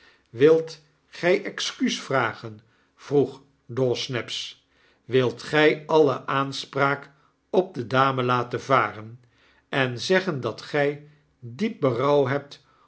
wilt gy excuus vragen vroeg dawsnaps wilt gy alle aanspraak op de dame laten varen en zeggen dat gy diep berouw hebt